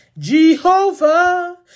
Jehovah